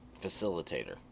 facilitator